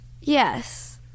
Yes